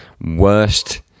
worst